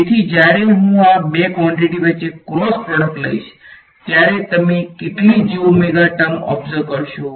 તેથી જ્યારે હું આ બે ક્વોંટીટી વચ્ચે ક્રોસ પ્રોડક્ટ લઈશ ત્યારે તમે કેટલી ટર્મ ઓબ્ઝર્વ કરશો